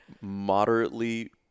moderately